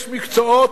יש מקצועות,